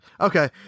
Okay